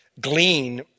glean